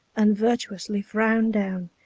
and virtuously frown down,